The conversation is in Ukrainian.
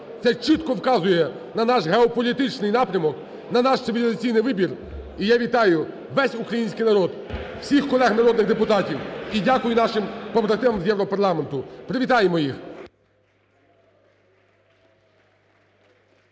Це чітко вказує на наш геополітичний напрямок, на наш цивілізаційний вибір. І я вітаю весь український народ, всіх колег народних депутатів. І дякую нашим побратимам є Європарламенту. Привітаємо їх.